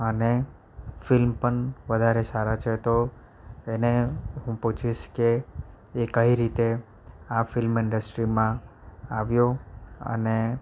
અને ફિલ્મ પણ વધારે સારા છે તો એને હું પૂછીશ કે એ કઈ રીતે આ ફિલ્મ ઇન્ડસ્ટ્રીમાં આવ્યો અને